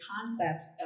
concept